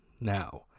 Now